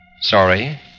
Sorry